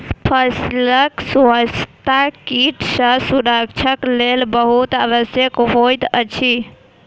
फसीलक स्वच्छता कीट सॅ सुरक्षाक लेल बहुत आवश्यक होइत अछि